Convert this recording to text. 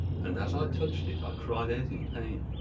and as i touched it i cried out in pain.